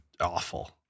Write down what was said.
awful